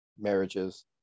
marriages